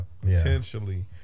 potentially